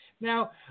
Now